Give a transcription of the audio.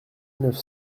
neuf